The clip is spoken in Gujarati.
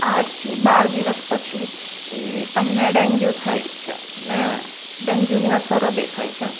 આઠથી બાર દિવસ પછી એ તમને ડેન્ગ્યુ થાય છે અને ડેન્ગ્યુની અસરો દેખાય છે